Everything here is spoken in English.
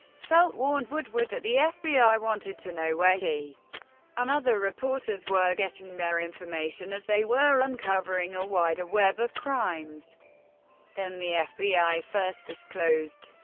felt warned woodward that the fbi wanted to know where he and other reporters were getting their information, as they were uncovering a wider web of crimes than the fbi first disclosed.